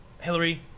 Hillary